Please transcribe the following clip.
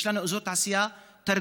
יש לנו אזור תעשייה תרדיון,